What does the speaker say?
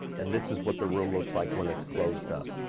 and this is what the room looks like when it's closed up.